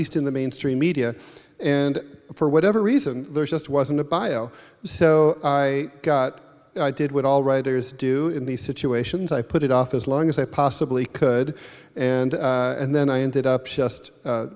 least in the mainstream media and for whatever reason there just wasn't a bio so i got i did what all writers do in these situations i put it off as long as i possibly could and and then i ended up just